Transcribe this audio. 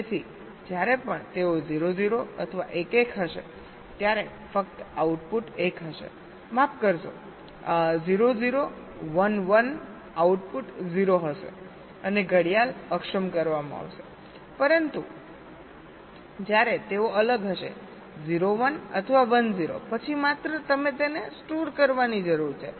તેથી જ્યારે પણ તેઓ 0 0 અથવા 1 1 હશે ત્યારે ફક્ત આઉટપુટ 1 હશે માફ કરશો 0 0 1 1 આઉટપુટ 0 હશે અને ઘડિયાળ અક્ષમ કરવામાં આવશે પરંતુ જ્યારે તેઓ અલગ હશે 0 1 અથવા 1 0 પછી માત્ર તમે તેને સ્ટોર કરવાની જરૂર છે